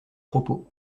propos